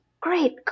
great